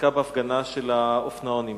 שעסקה בהפגנה של האופנוענים.